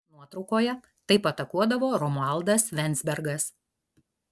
nuotraukoje taip atakuodavo romualdas venzbergas